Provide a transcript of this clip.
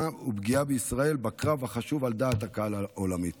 ופגיעה בישראל בקרב החשוב על דעת הקהל העולמית.